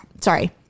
Sorry